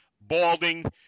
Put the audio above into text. balding